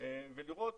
ולראות